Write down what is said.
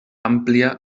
àmplia